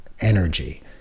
energy